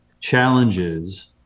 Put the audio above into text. challenges